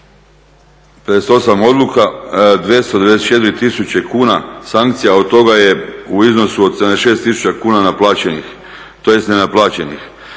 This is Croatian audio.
58 odluka 294 tisuće kuna sankcija, od toga je u iznosu od 76 tisuća kuna nenaplaćenih, obzirom da dužnosnici